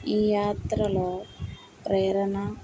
ఈ యాత్రలో ప్రేరణ